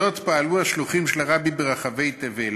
זאת פעלו השלוחים של הרבי ברחבי תבל,